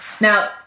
Now